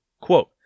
Quote